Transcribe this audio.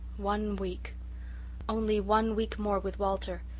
one week only one week more with walter!